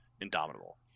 Indomitable